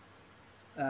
uh